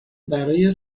برای